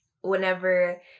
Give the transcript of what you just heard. whenever